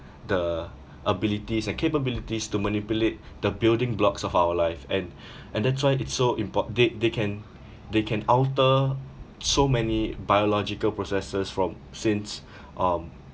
the abilities and capabilities to manipulate the building blocks of our life and and that's why it's so impor~ they they can they can alter so many biological processes from since um